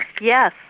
Yes